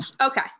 Okay